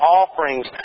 offerings